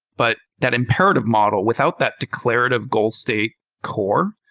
but that imperative model without that declarative goal state core,